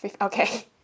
Okay